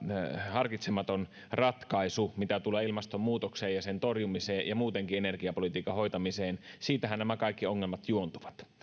harkitsematon ratkaisu mitä tulee ilmastonmuutokseen ja sen torjumiseen ja muutenkin energiapolitiikan hoitamiseen siitähän nämä kaikki ongelmat juontuvat